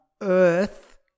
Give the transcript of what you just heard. earth